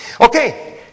Okay